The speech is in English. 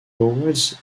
award